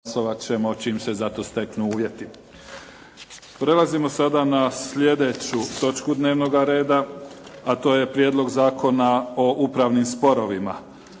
**Mimica, Neven (SDP)** Prelazimo sada na sljedeću točku dnevnoga reda, a to je - Prijedlog zakona o upravnim sporovima,